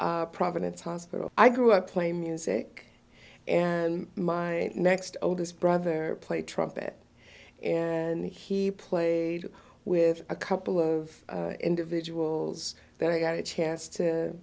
providence hospital i grew up playing music and my next oldest brother played trumpet and he played with a couple of individuals that i got a chance to